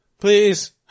please